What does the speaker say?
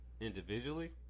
individually